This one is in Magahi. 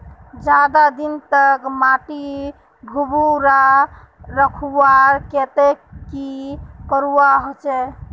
ज्यादा दिन तक माटी भुर्भुरा रखवार केते की करवा होचए?